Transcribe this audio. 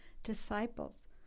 Disciples